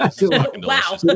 Wow